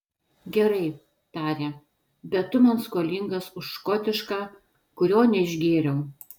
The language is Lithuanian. gerai tarė bet tu man skolingas už škotišką kurio neišgėriau